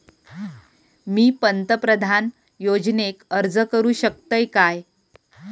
मी पंतप्रधान योजनेक अर्ज करू शकतय काय?